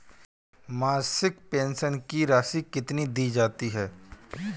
मासिक पेंशन की राशि कितनी दी जाती है?